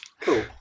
Cool